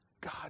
God